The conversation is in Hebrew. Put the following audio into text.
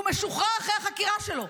והוא משוחרר אחרי החקירה שלו.